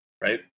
right